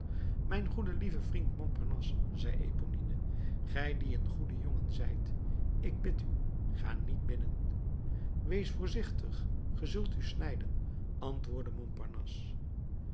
mijn goede lieve vriend montparnasse zei eponine gij die een goede jongen zijt ik bid u ga niet binnen wees voorzichtig ge zult u snijden antwoordde